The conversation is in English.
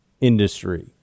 industry